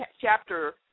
chapter